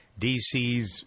DCs